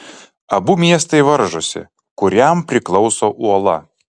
abu miestai varžosi kuriam priklauso uola